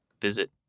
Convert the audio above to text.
Visit